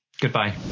goodbye